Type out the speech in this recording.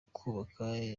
kubaka